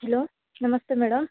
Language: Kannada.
hello namaste madam